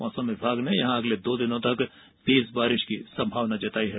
मौसम विभाग ने यहां अगले दो दिनों तक तेज बारिष की संभावना जताई है